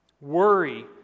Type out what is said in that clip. worry